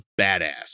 Badass